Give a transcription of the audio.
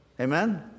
Amen